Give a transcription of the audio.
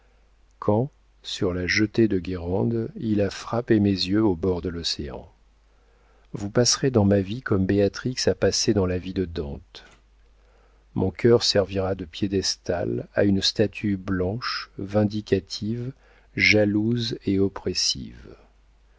quand sur la jetée de guérande il a frappé mes yeux au bord de l'océan vous passerez dans ma vie comme béatrix a passé dans la vie de dante mon cœur servira de piédestal à une statue blanche vindicative jalouse et oppressive